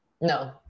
No